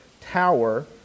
tower